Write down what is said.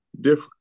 different